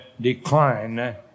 decline